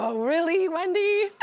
ah really, wendy?